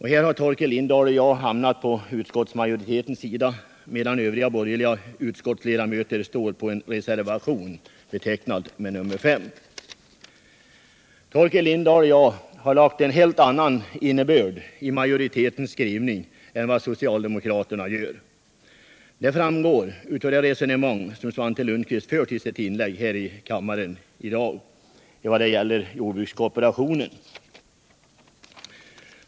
Här har Torkel Lindahl och jag hamnat på utskottsmajoritetens sida, medan övriga borgerliga ledamöter står för en reservation, betecknad nr 5. Torkel Lindahl och jag har lagt en helt annan innebörd i majoritetens skrivning än vad socialdemokraterna gör. Det framgick av det resonemang som Svante Lundkvist förde i sitt inlägg här i kammaren i dag vad gäller jordbrukskooperationen.